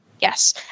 Yes